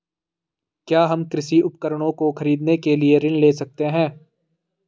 क्या हम कृषि उपकरणों को खरीदने के लिए ऋण ले सकते हैं?